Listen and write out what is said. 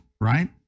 right